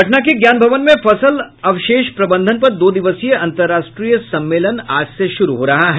पटना के ज्ञान भवन में फसल अवशेष प्रबंधन पर दो दिवसीय अंतर्राष्ट्रीय सम्मेलन आज से शुरू हो रहा है